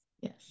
yes